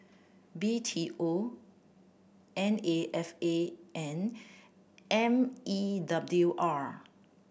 B T O N A F A and M E W R